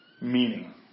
meaning